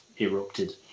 erupted